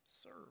serve